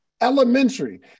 elementary